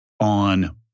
on